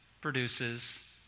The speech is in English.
produces